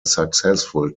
successful